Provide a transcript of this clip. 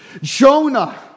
Jonah